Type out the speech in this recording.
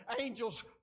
angels